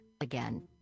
again